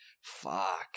fuck